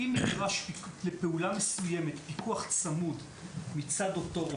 אם נדרש לפעולה מסוימת פיקוח צמוד מצד אותו רופא